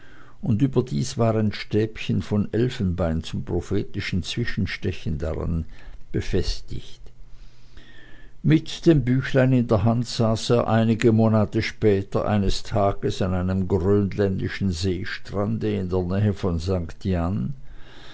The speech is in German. und überdies war ein stäbchen von elfenbein zum prophetischen zwischenstechen daran befestigt mit dem büchlein in der hand saß er einige monate später eines tages an einem grönländischen seestrande in der nähe von st